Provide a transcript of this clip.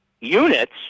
units